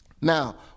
Now